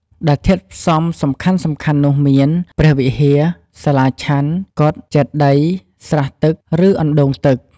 ដែលធាតុផ្សំសំខាន់ៗនោះមាន ព្រះវិហារ សាលាឆាន់ កុដិ ចេតិយ ស្រះទឹក ឬអណ្ដូងទឹក ។